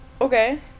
okay